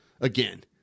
again